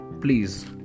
Please